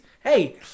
hey